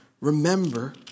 remember